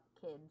kids